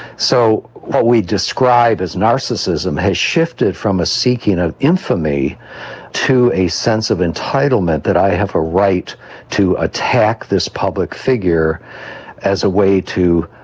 so what we describe as narcissism has shifted from a seeking of infamy to a sense of entitlement that i have a right to attack this public figure as a way to,